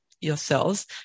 yourselves